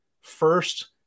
first